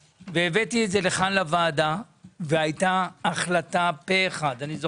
הבאתי את זה לכאן לוועדה והייתה החלטה פה אחד של הוועדה.